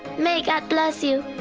may god bless you.